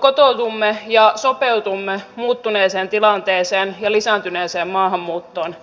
kotoudumme ja sopeudumme muuttuneeseen tilanteeseen ja lisääntyneeseen maahanmuuttoon